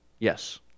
Yes